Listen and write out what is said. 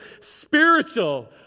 spiritual